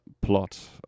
plot